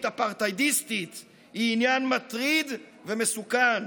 אפרטהיידיסטית היא עניין מטריד ומסוכן.